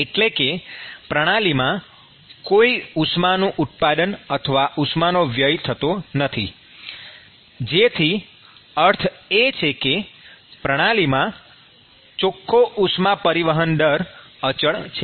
એટલે કે પ્રણાલીમાં કોઈ ઉષ્માનું ઉત્પાદન અથવા ઉષ્માનો વ્યય થતો નથી જેનો અર્થ એ છે કે પ્રણાલીમાં ચોખ્ખો ઉષ્મા પરિવહન દર અચળ છે